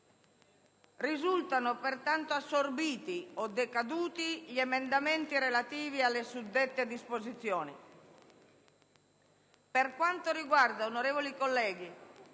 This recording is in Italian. Risultano pertanto assorbiti o decaduti gli emendamenti relativi alle suddette disposizioni.